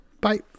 bye